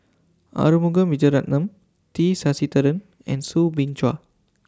Arumugam Vijiaratnam T Sasitharan and Soo Bin Chua